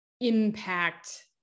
impact